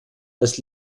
das